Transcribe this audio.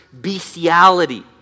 bestiality